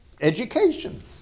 education